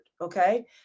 okay